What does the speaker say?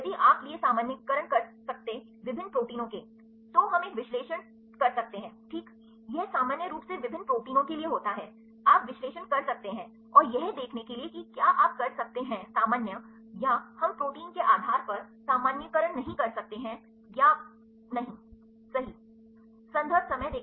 यदि आप लिए सामान्यीकरण कर सकते विभिन्न प्रोटीनों के तो हम एक विश्लेषण ठीक कर सकते हैं यह सामान्य रूप से विभिन्न प्रोटीनों के लिए होता है आप विश्लेषण कर सकते हैं और यह देखने के लिए कि क्या आप कर सकते हैं सामान्य या हम प्रोटीन के आधार पर सामान्यीकरण नहीं कर सकते हैं या सही नहीं